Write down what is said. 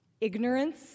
ignorance